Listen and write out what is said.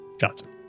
Johnson